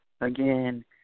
again